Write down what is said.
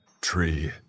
Tree